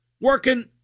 working